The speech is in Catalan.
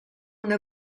una